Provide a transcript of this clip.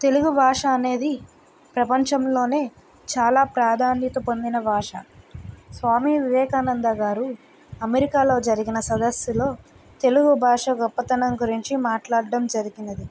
తెలుగు భాష అనేది ప్రపంచంలోనే చాలా ప్రాధాన్యత పొందిన భాష స్వామి వివేకానంద గారు అమెరికాలో జరిగిన సదస్సులో తెలుగు భాష గొప్పదనం గురించి మాట్లాడటం జరిగినది